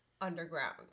underground